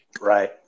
Right